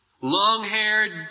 long-haired